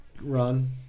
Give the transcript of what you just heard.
run